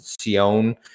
Sion